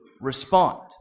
respond